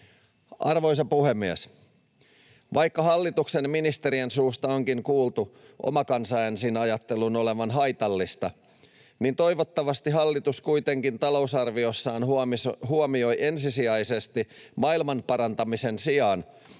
Arvoisa puhemies! Vaikka hallituksen ministerien suusta onkin kuultu ”oma kansa ensin” -ajattelun olevan haitallista, toivottavasti hallitus kuitenkin talousarviossaan huomioi maailmanparantamisen sijaan